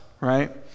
Right